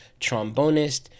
trombonist